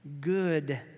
good